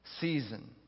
season